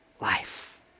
life